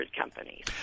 companies